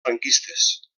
franquistes